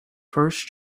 first